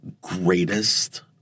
greatest